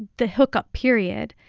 the hookup period,